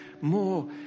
more